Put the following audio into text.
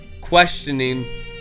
questioning